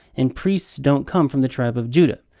and priests don't come from the tribe of judah.